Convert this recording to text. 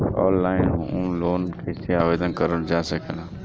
Online home loan कैसे आवेदन करल जा ला?